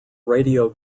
radio